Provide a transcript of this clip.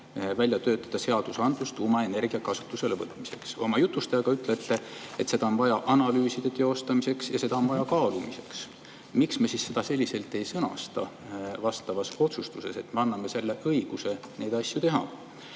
välja töötada seadusandlus tuumaenergia kasutusele võtmiseks, aga oma jutus te ütlete, et seda on vaja analüüside teostamiseks ja seda on vaja kaalumiseks. Miks me siis seda selliselt ei sõnasta vastavas otsustuses, et me anname õiguse neid asju teha?